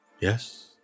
Yes